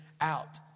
out